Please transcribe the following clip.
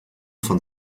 von